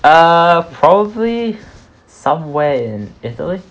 uh probably somewhere in italy